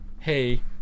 hey